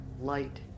Light